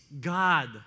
God